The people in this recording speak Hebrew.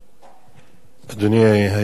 אדוני היושב-ראש, כבוד השר,